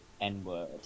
N-word